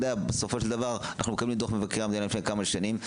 בסופו של דבר אנחנו מקבלים את דוח מבקר המדינה מלפני כמה שנים,